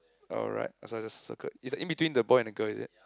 alright so I just circle it's a in between the boy and the girl is it